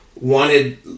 wanted